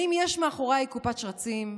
האם יש מאחוריי קופת שרצים?